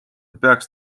peaks